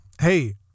Hey